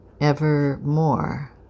evermore